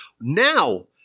now